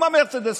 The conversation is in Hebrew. עם המרצדסים,